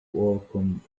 overcome